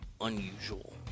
unusual